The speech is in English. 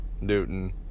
Newton